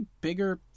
bigger